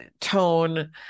tone